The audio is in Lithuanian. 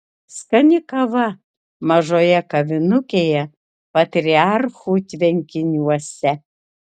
skani kava mažoje kavinukėje patriarchų tvenkiniuose